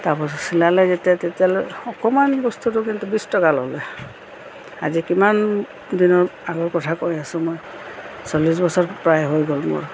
তাৰপাছত চিলালে যেতিয়া তেতিয়ালৈ অকণমান বস্তুটো কিন্তু বিছ টকা ল'লে আজি কিমান দিনৰ আগৰ কথা কৈ আছো মই চল্লিছ বছৰ প্ৰায় হৈ গ'ল মোৰ